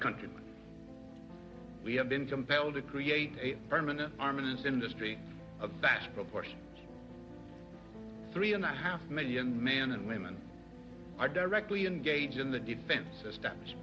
country we have been compelled to create a permanent armaments industry of vast proportion three and a half million men and women are directly engaged in the defense